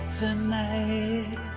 tonight